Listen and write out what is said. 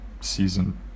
season